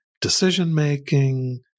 decision-making